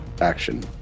action